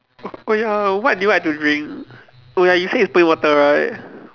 oh oh ya what do you like to drink oh ya you say it's plain water right